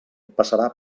passarà